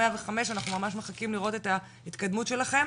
105 אנחנו ממש מחכים לראות את ההתקדמות שלכם